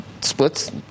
splits